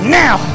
now